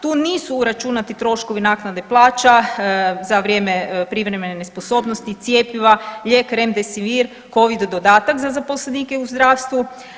Tu nisu uračunati troškovi naknade plaća za vrijeme privremene nesposobnosti i cjepiva, lijek Remdesivir, covid dodatak za zaposlenike u zdravstvu.